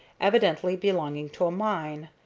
evidently belonging to a mine.